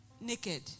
naked